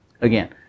Again